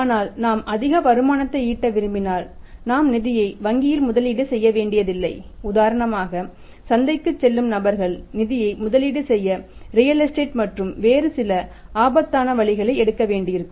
ஆனால் நாம் அதிக வருமானத்தை ஈட்ட விரும்பினால் நாம் நிதியை வங்கியில் முதலீடு செய்ய வேண்டியதில்லை உதாரணமாக சந்தைக்குச் செல்லும் நபர்கள் நிதியத்தை முதலீடு செய்ய ரியல் எஸ்டேட்டு மற்று வேறு சில ஆபத்தான வழிகளை எடுக்க வேண்டியிருக்கும்